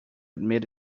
admit